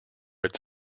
its